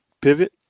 pivot